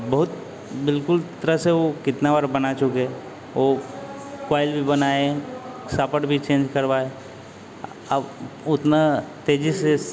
बहुत बिल्कुल तरह से वो कितना बार बना चुके वो क्वायल बनाए सापट भी चेंज करवाये अब उतना तेजी से